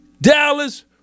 Dallas